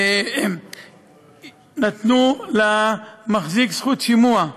ונתנו למחזיק זכות שימוע.